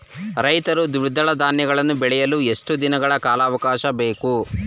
ರೈತರು ದ್ವಿದಳ ಧಾನ್ಯಗಳನ್ನು ಬೆಳೆಯಲು ಎಷ್ಟು ದಿನಗಳ ಕಾಲಾವಾಕಾಶ ಬೇಕು?